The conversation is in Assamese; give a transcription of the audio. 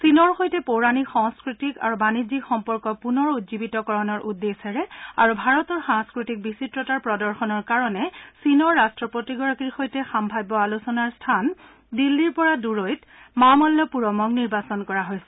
চীনৰ সৈতে পৌৰাণিক সাংস্কৃতিক আৰু বাণিজ্যিক সম্পৰ্ক পুনৰ উজ্জীৱিতকৰণৰ উদ্দেশ্যৰে আৰু ভাৰতৰ সাংস্কৃতিক বিচিত্ৰতাৰ পদৰ্শনৰ কাৰণে চীনৰ ৰট্টপতিগৰাকীৰ সৈতে সাম্ভাব্য আলোচনাৰ স্থান দিল্লীৰ পৰা দূৰত মামাল্লাপুৰমক নিৰ্বাচন কৰা হৈছে